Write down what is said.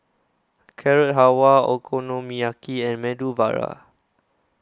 Carrot Halwa Okonomiyaki and Medu Vada